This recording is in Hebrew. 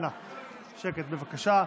אנא, שקט, בבקשה.